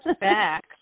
back